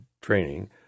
training